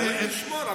אלוהים ישמור,